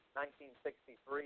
1963